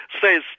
says